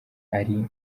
ari